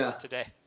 today